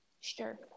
Sure